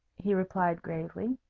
he replied, gravely,